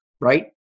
right